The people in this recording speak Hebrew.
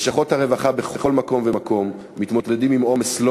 לשכות הרווחה בכל מקום ומקום מתמודדות עם עומס לא